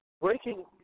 breaking